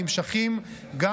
הנמשכים גם